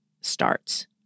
starts